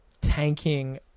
tanking